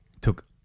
took